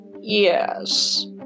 yes